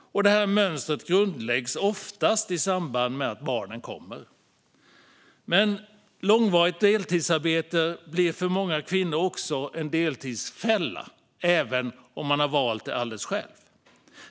Det här mönstret grundläggs oftast i samband med att barnen kommer. Men långvarigt deltidsarbete blir för många kvinnor också en deltidsfälla även om de har valt det alldeles själva.